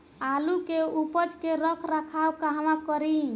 आलू के उपज के रख रखाव कहवा करी?